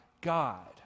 God